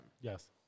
Yes